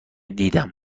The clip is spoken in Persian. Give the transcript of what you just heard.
دیدم